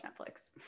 Netflix